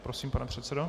Prosím, pane předsedo.